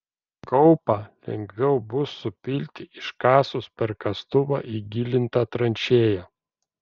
kaupą lengviau bus supilti iškasus per kastuvą įgilintą tranšėją